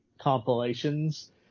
compilations